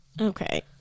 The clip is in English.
Okay